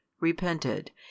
repented